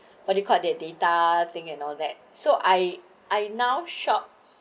what do you call that data thing and all that so I I now shop